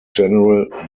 general